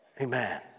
Amen